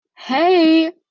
Hey